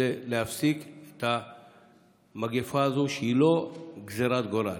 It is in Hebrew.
כדי להפסיק את המגפה הזו, שהיא לא גזרת גורל.